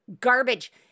Garbage